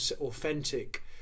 authentic